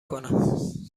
کنم